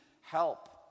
help